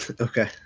okay